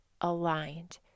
aligned